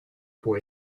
può